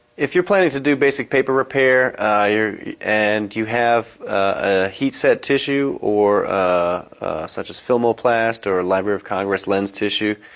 if you are planning to do basic paper repair and you have ah heat-set tissue, ah such as filmoplast or library of congress lens tissue,